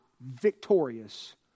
victorious